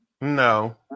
No